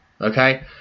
okay